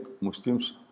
Muslims